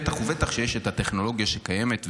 בטח ובטח כשיש את הטכנולוגיה שקיימת,